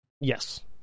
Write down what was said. yes